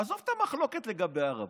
עזוב את המחלוקת לגבי הר הבית.